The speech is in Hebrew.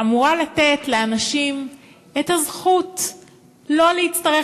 אמורה לתת לאנשים את הזכות לא להצטרך